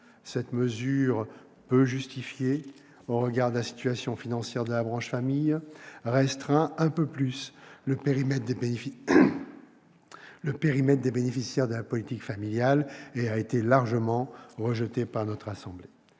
Cette mesure, peu justifiée au regard de la situation financière de la branche famille, restreint un peu plus le périmètre des bénéficiaires de la politique familiale et a été largement rejetée par notre assemblée.